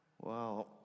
Wow